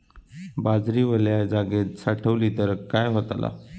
बाजरी वल्या जागेत साठवली तर काय होताला?